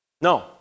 No